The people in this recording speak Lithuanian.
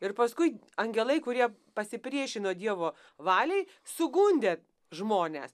ir paskui angelai kurie pasipriešino dievo valiai sugundė žmones